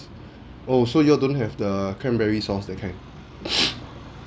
oh so you all don't have the cranberry sauce that kind